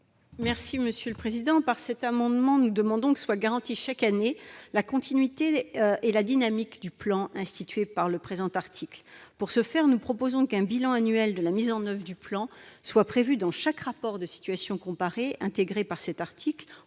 parole est à Mme Laurence Cohen. Nous demandons que soient garanties chaque année la continuité et la dynamique du plan institué par le présent article. Pour ce faire, nous proposons qu'un bilan annuel de la mise en oeuvre du plan soit prévu dans chaque rapport de situation comparée, intégré par cet article